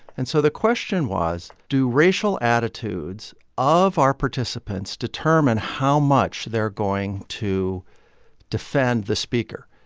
and so the question was, do racial attitudes of our participants determine how much they're going to defend the speaker?